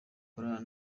choir